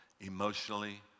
emotionally